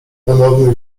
ponowne